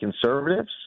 conservatives